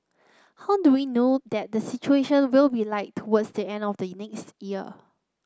how do we know that the situation will be like towards the end of the next year